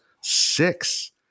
six